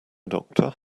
doctor